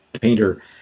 painter